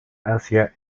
hacia